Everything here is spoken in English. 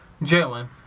Jalen